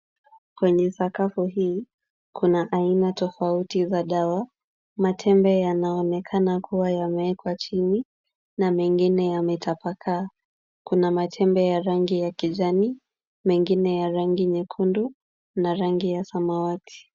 Kwenye sakafu hii, kuna aina tofauti za dawa. Matembe yanaonekana kuwa yamewekwa chini na mengine yametapakaa. Kuna matembe ya rangi ya kijani, mengine ya rangi nyekundu na rangi ya samawati.